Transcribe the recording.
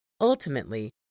Ultimately